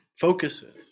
focuses